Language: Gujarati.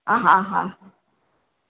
હા હા